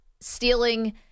stealing